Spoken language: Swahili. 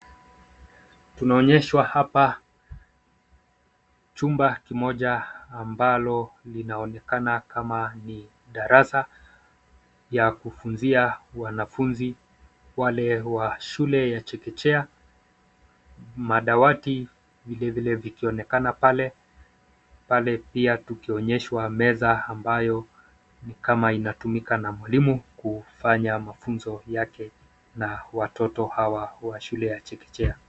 Tunaonyeshwa hapa chumba kimoja ambalo linaonekana kama ni darasa ya kufunzia wanafunzi wale wa shule ya chekechea madawati vile vile vikionekana pale. Pale pia tukionyeshwa meza ambayo ni kama inatumika na mwalimu kufanya mafunzo yake na watoto hawa wa shule ya chekechea.